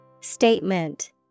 Statement